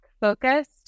focused